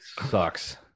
Sucks